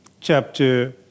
chapter